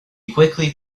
quickly